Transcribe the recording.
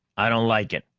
i don't like it,